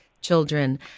children